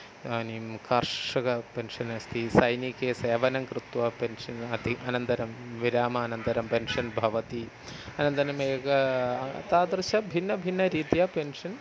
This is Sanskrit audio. इदानीं कार्षक पेन्शन् अस्ति सैनिकान् सेवनं कृत्वा पेन्शन् अति अनन्तरं विरामानन्तरं पेन्शन् भवति अनन्तरम् एका तादृश भिन्नभिन्नरीत्या पेन्शन्